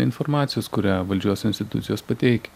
informacijos kurią valdžios institucijos pateikia